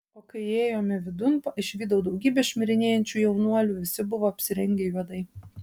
o kai įėjome vidun išvydau daugybę šmirinėjančių jaunuolių visi buvo apsirengę juodai